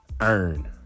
earn